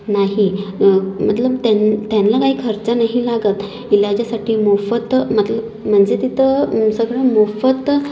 नाही मतलब त्यां त्यानला काही खर्च नाही लागत इलाजासाठी मोफत मतलब म्हणजे तिथं सगळं मोफत